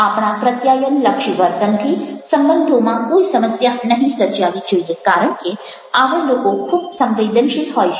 આપણા પ્રત્યાયનલક્ષી વર્તનથી સંબંધોમાં કોઈ સમસ્યા નહિ સર્જાવી જોઈએ કારણ કે આવા લોકો ખૂબ સંવેદનશીલ હોય છે